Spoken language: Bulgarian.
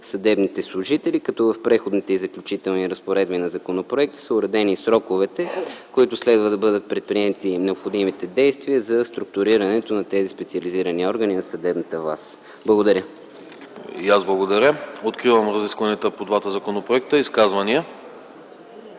съдебните служители, като в Преходните и заключителните разпоредби на законопроекта са уредени сроковете, в които следва да бъдат предприети необходимите действия за структурирането на тези специализирани органи на съдебната власт. Благодаря. ПРЕДСЕДАТЕЛ АНАСТАС АНАСТАСОВ: И аз благодаря. Откривам разискванията по двата законопроекта. Има ли изказвания?